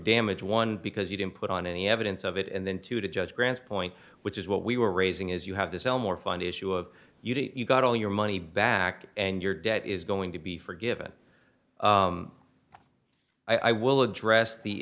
damage one because you didn't put on any evidence of it and then to the judge grants point which is what we were raising is you have this elmore find issue of you got all your money back and your debt is going to be forgiven i will address the